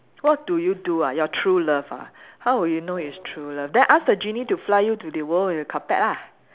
what do you do ah your true love ah how will you know it's true love then ask the genie to fly you to the world with carpet lah